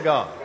God